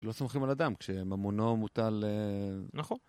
לא סומכים על אדם כשממונו מוטל על... נכון